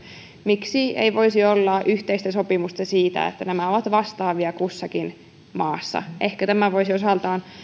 miksi ei voisi olla yhteistä sopimusta siitä että nämä ovat vastaavia kussakin maassa ehkä tämä voisi osaltaan